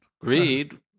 greed